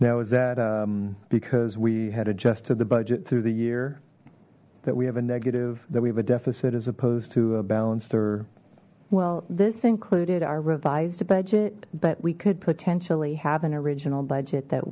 now is that because we had adjust to the budget through the year that we have a negative that we have a deficit as opposed to a balanced or well this included our revised budget but we could potentially have an original budget that